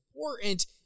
Important